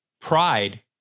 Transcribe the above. pride